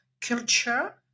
culture